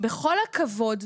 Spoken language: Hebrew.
בכל הכבוד,